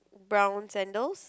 brown sandals